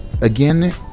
again